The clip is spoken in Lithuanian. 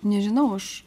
nežinau aš